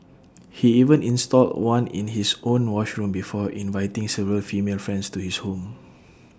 he even installed one in his own washroom before inviting several female friends to his home